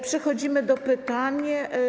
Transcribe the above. Przechodzimy do pytań.